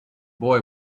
boy